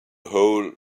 whole